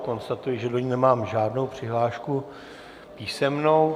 Konstatuji, že do ní nemám žádnou přihlášku písemnou.